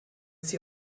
sie